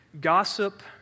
Gossip